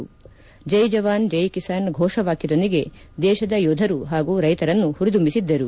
ಜ್ವೆ ಜವಾನ್ ಜ್ವೆ ಕಿಸಾನ್ ಫೋಷ ವಾಕ್ಯದೊಂದಿಗೆ ದೇಶದ ಯೋಧರು ಹಾಗೂ ರೈತರನ್ನು ಹುರಿದುಂಬಿಸಿದ್ದರು